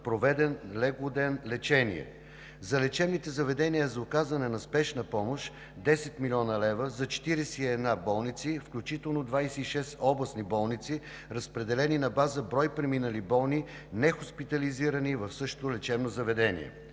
проведен леглоден лечение. За лечебните заведения за оказване на спешна помощ – 10 млн. лв. за 41 болници, включително 26 областни болници, разпределени на база брой преминали болни, нехоспитализирани в същото лечебно заведение.